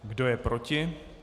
Kdo je proti?